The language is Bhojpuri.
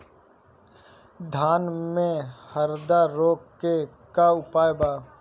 धान में हरदा रोग के का उपाय बा?